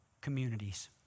communities